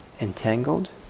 entangled